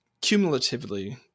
cumulatively